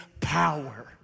power